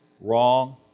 Wrong